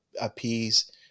appease